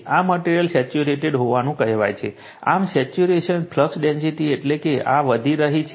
આ material saturated હોવાનું કહેવાય છે આમ સેચ્યુરેશન ફ્લક્સ ડેન્સિટી એટલે કે આ વધી રહી છે